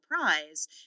Prize